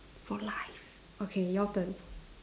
for life okay your turn